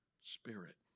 spirit